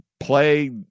play